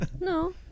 no